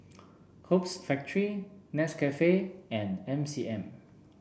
Hoops Factory Nescafe and M C M